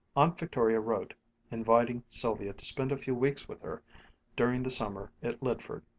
aunt victoria wrote inviting sylvia to spend a few weeks with her during the summer at lydford.